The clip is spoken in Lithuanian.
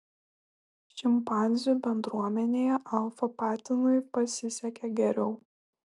šimpanzių bendruomenėje alfa patinui pasisekė geriau